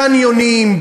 קניונים,